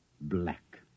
Black